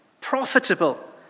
Profitable